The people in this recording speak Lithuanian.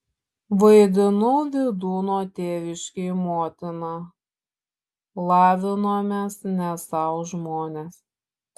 vaidinau vydūno tėviškėj motiną lavinomės ne sau žmonės